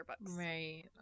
Right